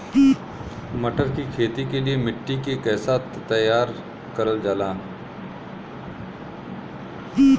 मटर की खेती के लिए मिट्टी के कैसे तैयार करल जाला?